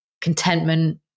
contentment